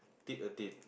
tick a date